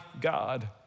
God